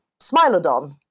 smilodon